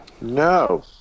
No